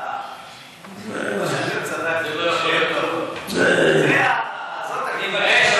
שיותר חשוב, שאגף התקציבים טעה.